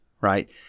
right